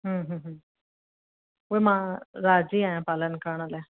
हम्म हम्म हम्म उहे मां राज़ी आहियां पालन करण लाइ